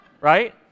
right